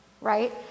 Right